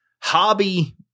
hobby